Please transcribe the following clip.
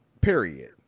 Period